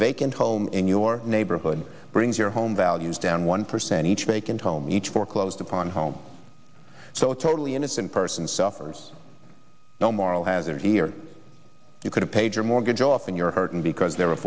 vacant home in your neighborhood brings your home values down one percent each vacant home each foreclosed upon home so totally innocent person suffers no moral hazard here you could have paid your mortgage off and you're hurting because there a